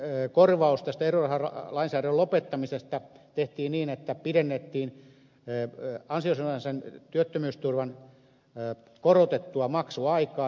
silloinen korvaus tästä erorahalainsäädännön lopettamisesta tehtiin niin että pidennettiin ansiosidonnaisen työttömyysturvan korotettua maksuaikaa